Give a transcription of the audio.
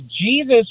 Jesus